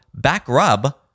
BackRub